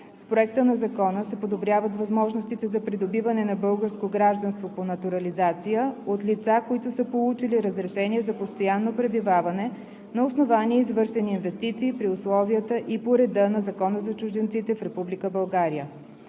С Проекта на закон се подобряват възможностите за придобиване на българско гражданство по натурализация от лица, които са получили разрешение за постоянно пребиваване на основание извършени инвестиции при условията и по реда на Закона за чужденците в